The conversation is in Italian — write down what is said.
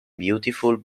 beautiful